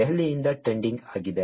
ದೆಹಲಿಯಿಂದ ಟ್ರೆಂಡಿಂಗ್ ಆಗಿದೆ